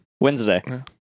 Wednesday